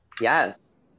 Yes